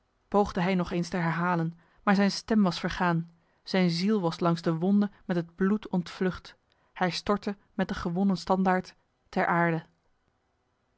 poogde hij nog eens te herhalen maar zijn stem was vergaan zijn ziel was langs de wonde met het bloed ontvlucht hij stortte met de gewonnen standaard ter aarde